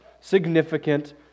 significant